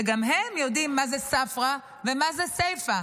שגם הם יודעים מה זה ספרא ומה זה סיפא,